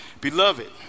Beloved